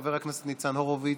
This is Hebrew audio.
חבר הכנסת ניצן הורוביץ,